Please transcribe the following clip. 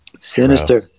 sinister